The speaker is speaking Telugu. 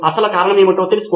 అసమతుల్యత ఉందా లేదా అదేనా